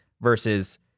versus